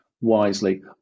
wisely